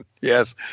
Yes